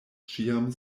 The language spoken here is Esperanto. ĉiam